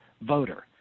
voter